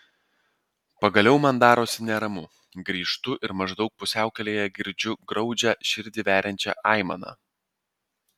pagaliau man darosi neramu grįžtu ir maždaug pusiaukelėje girdžiu graudžią širdį veriančią aimaną